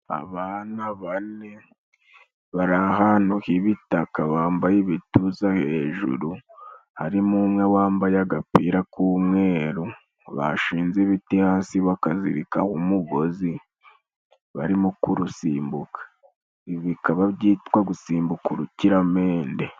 Abana bane bari ahantu h'ibitaka bambaye ibituza hejuru, harimo umwe wambaye agapira k'umweru, bashinze ibiti hasi bakazirikaho umugozi, barimo kurusimbuka. Ibi bikaba byitwa gusimbuka urukiramende.